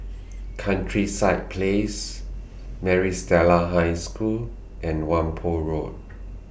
Countryside Place Maris Stella High School and Whampoa Road